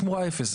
אפס?